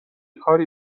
کاری